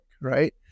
right